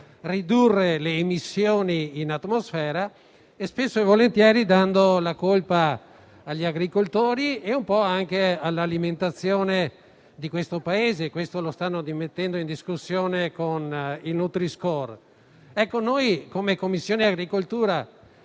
ridurre le emissioni in atmosfera, spesso e volentieri dando la colpa agli agricoltori e un po' anche all'alimentazione del nostro Paese; punto che stanno rimettendo in discussione con il nutri-score. Approfitto dell'occasione per